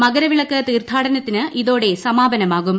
മകരവിളക്ക് തീർത്ഥാടനത്തിന് ഇതോടെ സമാപനമാകും